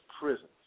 prisons